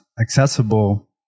accessible